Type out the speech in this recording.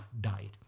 died